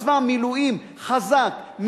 צבא מילואים חזק,